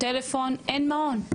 טלפון אין מעון,